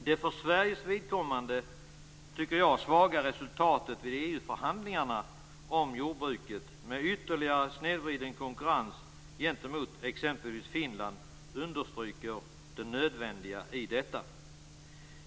Det för Sveriges vidkommande svaga resultatet i EU-förhandlingarna om jordbruket med ytterligare snedvridning av konkurrens gentemot exempelvis Finland understryker det nödvändiga i detta.